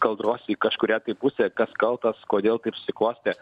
kaldros į kažkurią tai pusę kas kaltas kodėl taip susiklostė